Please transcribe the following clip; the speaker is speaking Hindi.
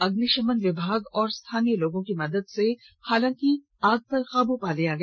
अग्निशमन विभाग और स्थानीय लोगों की मदद से आग पर काबू पाया गया